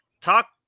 talk